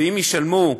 ואם ישלמו,